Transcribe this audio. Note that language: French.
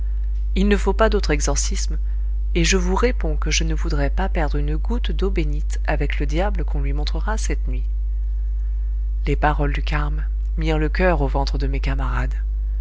il ne faut pas d'autre exorcisme et je vous réponds que je ne voudrais pas perdre une goutte d'eau bénite avec le diable qu'on lui montrera cette nuit les paroles du carme mirent le coeur au ventre de mes camarades